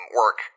work